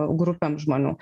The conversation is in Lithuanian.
grupėm žmonių